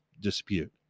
dispute